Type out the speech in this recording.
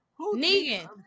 Negan